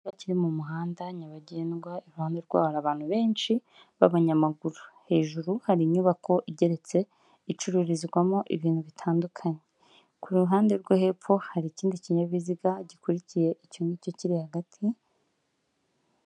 Abakiriri mu muhanda nyabagendwa iruhande rwawo abantu benshi b'abanyamaguru, hejuru hari inyubako igeretse icururizwamo ibintu bitandukanye. Ku ruhande rwo hepfo hari ikindi kinyabiziga gikurikiye icyo ngicyo kiri hagati.